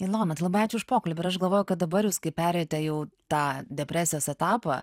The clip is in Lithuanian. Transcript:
ilona tai labai ačiū už pokalbį ir aš galvoju kad dabar jūs kai perėjote jau tą depresijos etapą